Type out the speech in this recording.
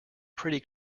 pretty